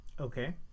Okay